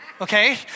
Okay